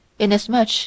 inasmuch